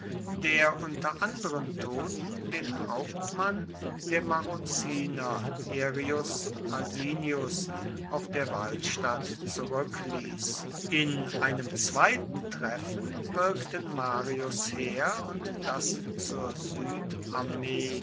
der unter anderen toten den hauptmann der marruciner herius asinius auf der walstatt zurückließ in einem zweiten treffen wirkten marius heer und das zur